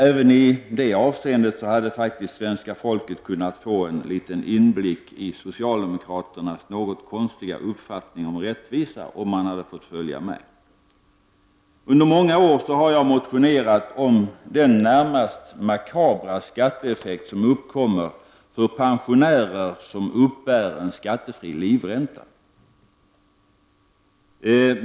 Även i detta avseende hade svenska folket kunnat få en liten inblick i socialdemokraternas något konstiga uppfattning om rättvisa om det hade fått följa med i debatten. Under många år har jag motionerat om den närmast makabra skatteeffekt som uppkommer för pensionärer som uppbär en skattefri livränta.